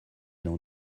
dans